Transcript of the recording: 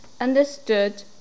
understood